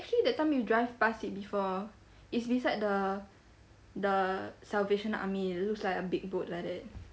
actually that time you drive pass it before it's beside the the salvation army looks like a big boat like that